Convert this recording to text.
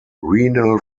renal